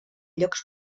llocs